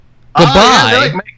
goodbye